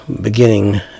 Beginning